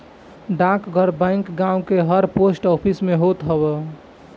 डाकघर बैंक गांव के हर पोस्ट ऑफिस में होत हअ